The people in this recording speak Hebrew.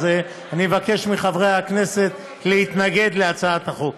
אז אני מבקש מחברי הכנסת להתנגד להצעת החוק.